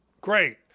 Great